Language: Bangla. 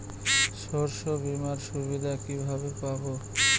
শস্যবিমার সুবিধা কিভাবে পাবো?